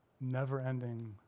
never-ending